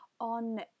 on